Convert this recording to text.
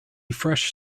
fresh